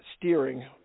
steering